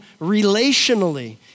relationally